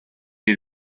you